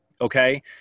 okay